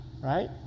right